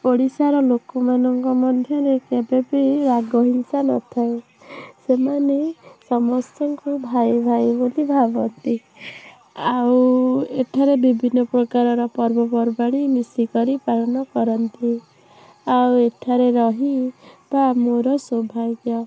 ଓଡ଼ିଶାର ଲୋକମାନଙ୍କ ମଧ୍ୟରେ କେବେ ବି ରାଗ ହିଂସା ନଥାଏ ସେମାନେ ସମସ୍ତଙ୍କୁ ଭାଇ ଭାଇ ବୋଲି ଭାବନ୍ତି ଆଉ ଏଠାରେ ବିଭିନ୍ନ ପ୍ରକାରର ପର୍ବପର୍ବାଣୀ ମିଶିକରି ପାଳନ କରନ୍ତି ଆଉ ଏଠାରେ ରହି ବା ମୋର ସୌଭାଗ୍ୟ